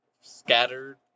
scattered